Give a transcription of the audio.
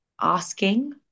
asking